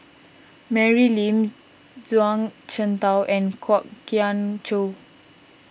Mary Lim Zhuang Shengtao and Kwok Kian Chow